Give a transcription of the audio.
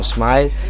Smile